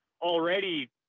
already